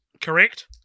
correct